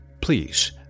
please